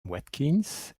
watkins